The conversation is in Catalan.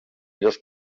dos